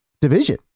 division